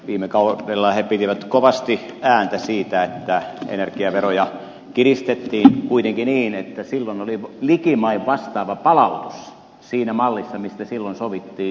viime kaudella he pitivät kovasti ääntä siitä että energiaveroja kiristettiin kuitenkin niin että silloin oli likimain vastaava palautus sinä mallissa mistä silloin sovittiin